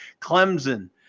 Clemson